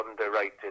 underrated